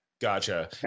gotcha